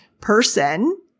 person